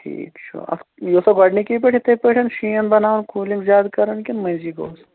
ٹھیٖک چھُ اَتھ یہِ اوسا گۄڈنِکی پٲٹھۍ یِتھٕے پٲٹھۍ شیٖن بَناوَن کوٗلِنٛگ زیادٕ کَران کِنہٕ مٔنٛزی گوس